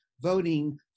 voting